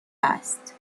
است